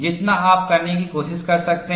जितना आप करने की कोशिश कर सकते हैं